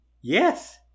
Yes